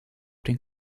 den